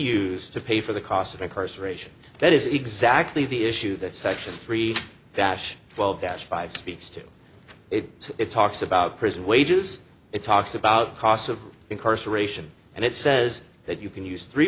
used to pay for the cost of incarceration that is exactly the issue that section three dash twelve dash five speaks to it talks about prison wages it talks about costs of incarceration and it says that you can use three